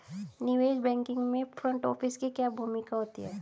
निवेश बैंकिंग में front office की क्या भूमिका होती है?